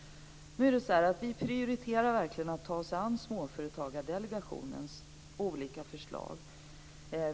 Nu är det så här att vi verkligen prioriterar att ta oss an Småföretagsdelegationens olika förslag.